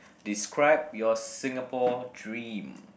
describe your Singapore dream